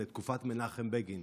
על תקופת מנחם בגין,